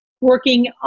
working